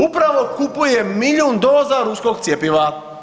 Upravo kupuje milijun doza ruskog cjepiva.